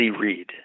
read